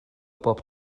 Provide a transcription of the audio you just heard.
bob